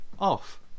off